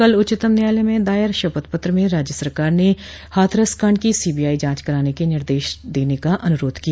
कल उच्चतम न्यायालय में दायर शपथ पत्र में राज्य सरकार ने हाथरस कांड की सीबीआई जांच कराने के निर्देश देने का अनुरोध किया